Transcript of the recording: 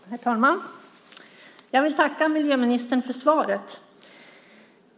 Herr talman! Jag vill tacka miljöministern för svaret.